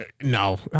No